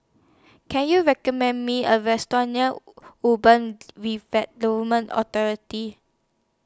Can YOU recommend Me A Restaurant near Urban Redevelopment Authority